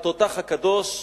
שכונה "התותח הקדוש",